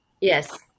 Yes